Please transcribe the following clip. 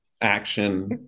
action